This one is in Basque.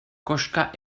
koska